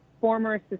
former